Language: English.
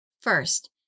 First